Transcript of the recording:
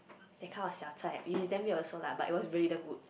that kind of xiao-chai which is damn weird also lah but it was really damn good